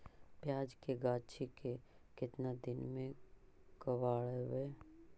प्याज के गाछि के केतना दिन में कबाड़बै?